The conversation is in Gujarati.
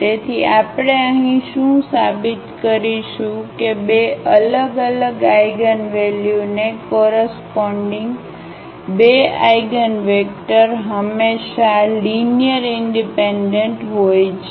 તેથી આપણે અહીં શું સાબિત કરીશું કે બે અલગ અલગ આઇગનવેલ્યુને કોરસપોન્ડીગ બે આઆઇગનવેક્ટર હંમેશા લીનીઅરઇનડિપેન્ડન્ટ હોય છે